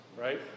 right